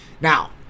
Now